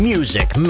Music